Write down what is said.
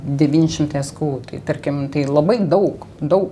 devyni šimtai es k u tai tarkim tai labai daug daug